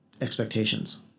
expectations